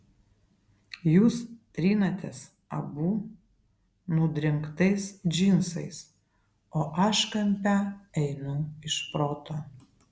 jūs trinatės abu nudrengtais džinsais o aš kampe einu iš proto